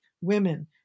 women